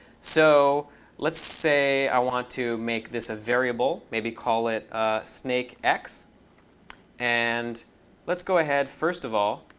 so let's say i want to make this a variable, maybe call it snakex. and let's go ahead, first of all,